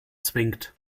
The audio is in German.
zwingt